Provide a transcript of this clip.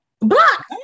Block